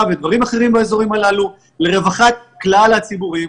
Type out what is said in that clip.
ודברים אחרים באזורים הללו לרווחת כלל הציבורים,